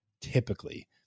Typically